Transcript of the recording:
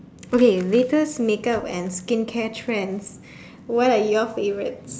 okay latest makeup and skincare trends what are your favourites